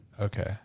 okay